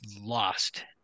lost